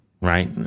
right